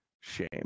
Shame